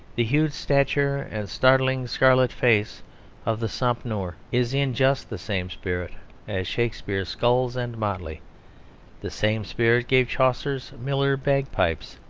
the huge stature and startling scarlet face of the sompnour is in just the same spirit as shakespeare's skulls and motley the same spirit gave chaucer's miller bagpipes,